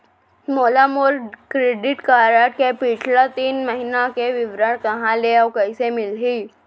मोला मोर credit card के पिछला तीन महीना के विवरण कहाँ ले अऊ कइसे मिलही?